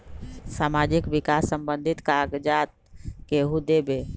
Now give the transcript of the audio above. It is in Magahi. समाजीक विकास संबंधित कागज़ात केहु देबे?